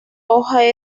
hoja